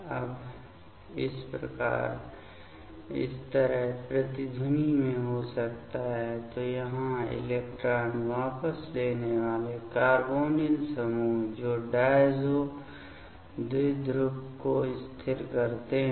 अब यह इस तरह प्रतिध्वनि में हो सकता है तो यहाँ इलेक्ट्रॉन वापस लेने वाले कार्बोनिल समूह जो डायज़ो द्विध्रुव को स्थिर करते हैं